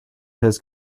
his